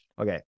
Okay